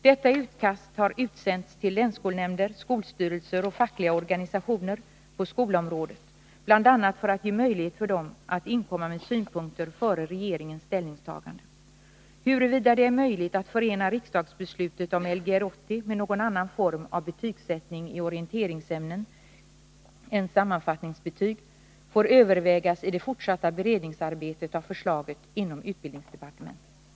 Detta utkast har utsänts till länsskolnämnder, skolstyrelser och fackliga organisationer på skolområdet, bl.a. för att ge möjlighet för dem att inkomma med synpunkter före regeringens ställningstagande. Huruvida det är möjligt att förena riksdagsbeslutet om Lgr 80 med någon annan form av betygssättning i orienteringsämnen än sammanfattningsbetyg, får övervägas i det fortsatta beredningsarbetet av förslaget inom utbildningsdepartementet.